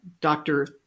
doctor